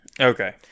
Okay